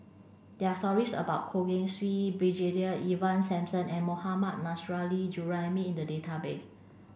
there stories about Goh Keng Swee Brigadier Ivan Simson and Mohammad Nurrasyid Juraimi in the database